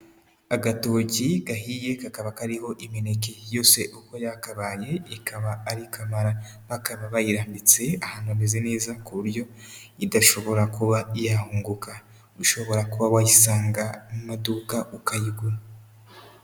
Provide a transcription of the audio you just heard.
Agatoki gahiye kakaba kariho imineke yose uko yakabaye, ikaba ari kamara. Bakaba bayirambitse ahantu hameze neza, ku buryo idashobora kuba yahunguka. Ushobora kuba wayisanga mu maduka ukayigura.